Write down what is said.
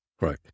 Right